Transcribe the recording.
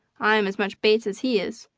i am as much bates as he is.